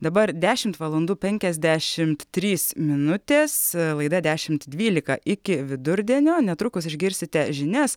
dabar dešimt valandų penkiasdešimt trys minutės laida dešimt dvylika iki vidurdienio netrukus išgirsite žinias